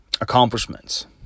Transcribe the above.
accomplishments